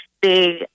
big